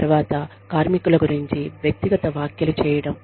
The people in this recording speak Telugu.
తర్వాత కార్మికుల గురించి వ్యక్తిగత వ్యాఖ్యలు చేయడం